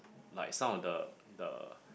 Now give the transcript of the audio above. like some the the